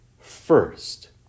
first